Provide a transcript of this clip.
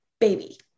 baby